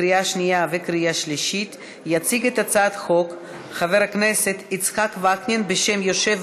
עברה בקריאה שנייה ושלישית ונכנסת לספר החוקים של מדינת ישראל.